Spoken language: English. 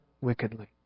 wickedly